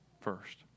first